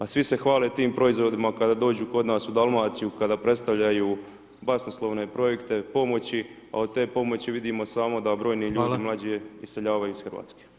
A svi se hvale tim proizvodima kada dođu kod nas u Dalmaciju, kada predstavljaju basnoslovne projekte pomoći, a od te pomoći vidimo samo da brojni ljudi [[Upadica: Hvala.]] mlađi iseljavaju iz Hrvatske.